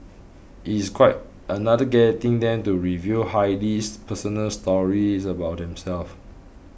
it's quite another getting them to reveal highly personal stories about themselves